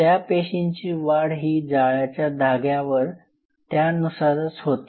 त्या पेशींची वाढ ही जाळ्याच्या धाग्यावर त्या नुसारच होती